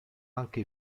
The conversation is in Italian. anche